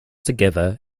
together